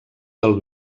del